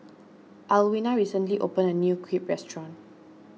Alwina recently opened a new Crepe restaurant